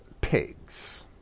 pigs